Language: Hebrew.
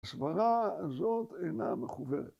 ‫הסברה הזאת אינה מחוברת.